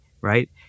right